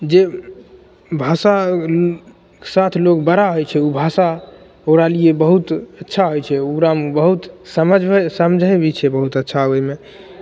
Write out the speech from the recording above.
जे भाषाके साथ लोक बड़ा होइ छै ओ भाषा ओकरालिए बहुत अच्छा होइ छै ओकरामे बहुत समझमे समझै भी छै बहुत अच्छा ओहिमे